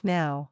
now